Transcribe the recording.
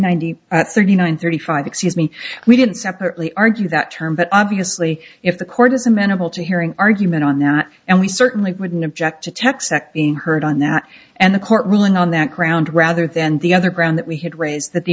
ninety at thirty nine thirty five excuse me we didn't separately argue that term but obviously if the court is amenable to hearing argument on that and we certainly wouldn't object to tech sector being heard on that and the court ruling on that ground rather than the other ground that we had raised that the